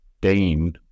Dane